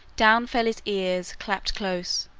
down fell his ears clapped close,